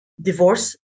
divorce